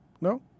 No